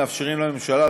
מאפשרים לממשלה,